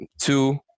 two